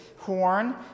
Horn